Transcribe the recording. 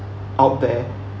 out there